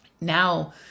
Now